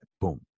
boom